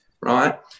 right